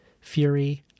fury